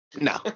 No